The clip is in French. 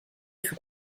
fut